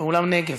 באולם נגב,